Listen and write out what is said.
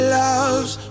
loves